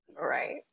Right